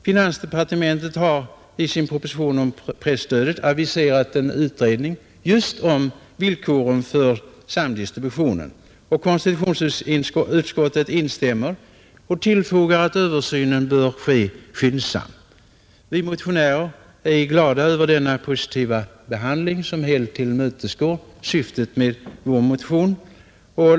Finansdepartementet har i sin proposition om presstödet aviserat en utredning just om villkoren för samdistributionen. Konstitutionsutskottet instämmer och tillfogar att översynen bör ske skyndsamt. Vi motionärer är glada över denna positiva behandling, som helt tillmötesgår syftet med vår motion.